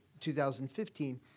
2015